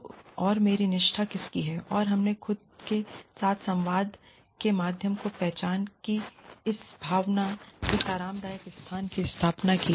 तो और मेरी निष्ठा किसकी है और हमने खुद के साथ संवाद के माध्यम से पहचान की इस भावना इस आरामदायक स्थान की स्थापना की